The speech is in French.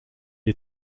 est